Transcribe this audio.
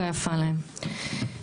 נכנסים לפה דרך נתב"ג אנשים עם תעודות,